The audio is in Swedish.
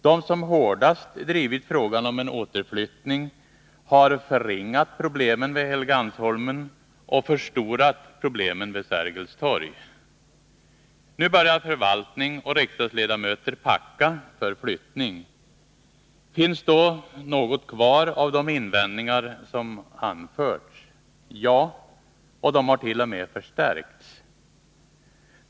De som hårdast drivit frågan om en återflyttning har förringat problemen vid Helgeandsholmen och förstorat problemen vid Sergels torg. Nu börjar förvaltning och riksdagsledamöter packa för flyttning. Finns då något kvar av de invändningar som anförts? Ja — och de har t.o.m. förstärkts.